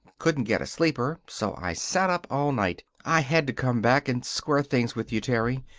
couldn't get a sleeper, so i sat up all night. i had to come back and square things with you, terry.